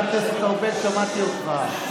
חבר הכנסת ארבל, שמעתי אותך.